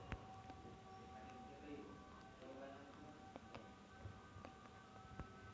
मालमत्ता विमा मालमत्तेच्या जोखमीपासून संरक्षण प्रदान करते